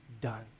done